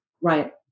Right